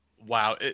Wow